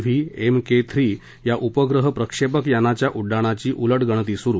V M K three या उपग्रह प्रक्षेपक यानाच्या उड्डाणाची उलटगणती सुरु